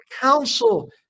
counsel